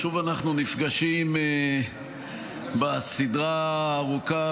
שוב אנחנו נפגשים בסדרה הארוכה